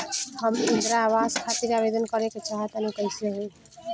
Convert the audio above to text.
हम इंद्रा आवास खातिर आवेदन करे क चाहऽ तनि कइसे होई?